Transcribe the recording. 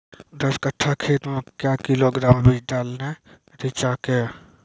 दस कट्ठा खेत मे क्या किलोग्राम बीज डालने रिचा के?